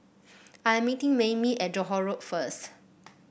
I'm meeting Maymie at Johore Road first